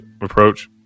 approach